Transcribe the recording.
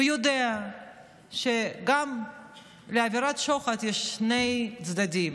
ויודע שגם לעבירת שוחד יש שני צדדים: